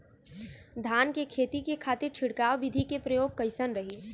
धान के खेती के खातीर छिड़काव विधी के प्रयोग कइसन रही?